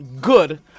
good